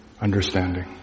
understanding